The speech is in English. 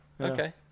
okay